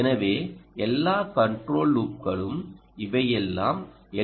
எனவே எல்லா கன்ட்ரோல் லூப்களும் இவை எல்லாம் எல்